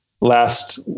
Last